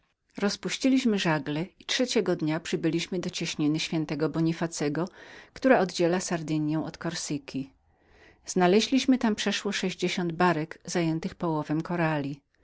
rozpuściliśmy żagle i trzeciego dnia przybyliśmy do ciaśniny świętego bonifacego która oddziela sardynię od korsyki znaleźliśmy tam przeszło sześdziesiąt łodzi zajętych połowem korali